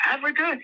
Africa